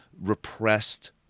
repressed